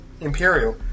Imperial